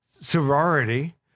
sorority